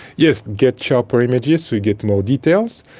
yes, get sharper images, we get more details,